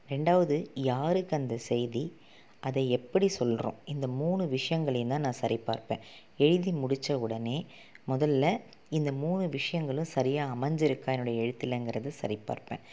ரெண்டாவது யாருக்கு அந்த செய்தி அதை எப்படி சொல்கிறோம் இந்த மூணு விஷயங்களையுந்தான் நான் சரிபார்ப்பேன் எழுதி முடித்த உடனே முதல்ல இந்த மூணு விஷயங்களும் சரியாக அமைஞ்சுருக்கா என்னோட எழுத்துலங்கிறத சரி பார்ப்பேன்